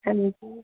हां जी